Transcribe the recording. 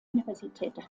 universität